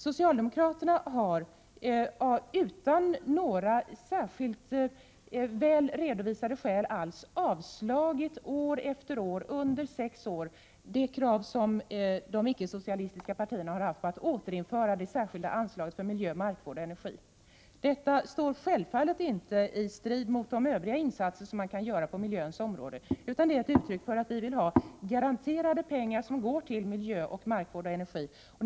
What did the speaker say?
Socialdemokraterna har utan några särskilt väl redovisade skäl under sex år gång efter gång avvisat det krav som de icke-socialistiska partierna har haft, att man skall återinföra det särskilda anslaget för miljö, markvård och energi. Detta står självfallet inte i strid med de övriga insatser som kan göras på miljöns område, utan det är ett uttryck för att vi vill ha garanterade pengar som går till miljö, markvård och energi.